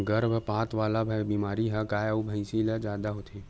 गरभपात वाला बेमारी ह गाय अउ भइसी ल जादा होथे